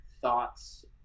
thoughts